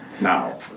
Now